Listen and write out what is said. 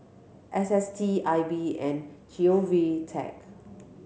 S S T I B and G O V Tech